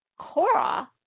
Cora